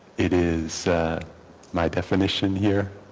it is my definition here